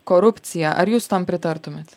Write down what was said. korupcija ar jūs tam pritartumėt